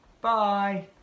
Bye